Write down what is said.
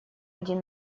один